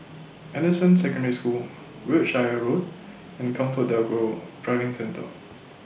Anderson Secondary School Wiltshire Road and ComfortDelGro Driving Centre